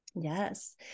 Yes